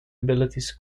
abilities